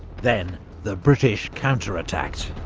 then the british counterattacked.